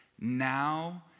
now